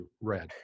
red